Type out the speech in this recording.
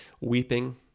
weeping